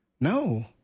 no